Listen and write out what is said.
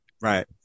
Right